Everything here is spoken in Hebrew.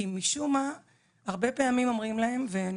כי משום מה הרבה פעמים אומרים להן ואת זה אני